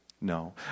No